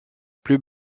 plus